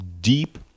deep